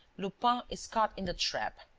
lupin is caught in the trap.